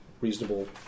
reasonable